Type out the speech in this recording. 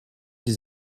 des